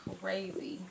crazy